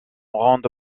ronde